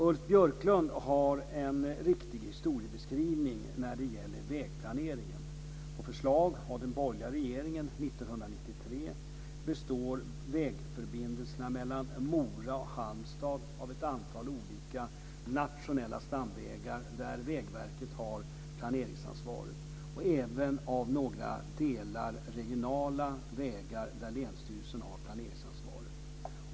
Ulf Björklund har en riktig historiebeskrivning när det gäller vägplaneringen: på förslag av den borgerliga regeringen 1993 består vägförbindelsen mellan Mora och Halmstad av ett antal olika nationella stamvägar där Vägverket har planeringsansvaret, och även av några delar regionala vägar där länsstyrelsen har planeringsansvaret.